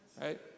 Right